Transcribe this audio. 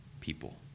people